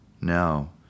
Now